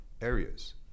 areas